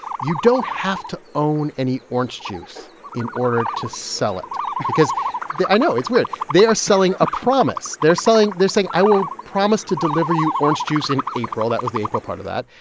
you don't have to own any orange juice in order to sell it because i know, it's weird! they are selling a promise. they're selling they're saying, i will promise to deliver you orange juice in april, that was the april part of that,